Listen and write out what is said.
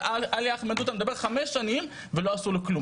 ועל עלי אחמד עודה אני מדבר חמש שנים ולא עשו לו כלום.